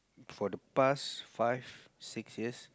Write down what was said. for the past five six years